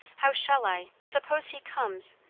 how shall i? suppose he comes?